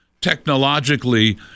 technologically